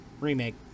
Remake